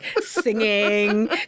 singing